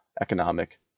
economic